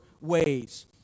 ways